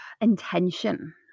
intention